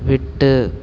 விட்டு